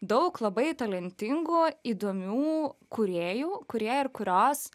daug labai talentingų įdomių kūrėjų kurie ir kurios